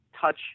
touch